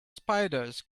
spiders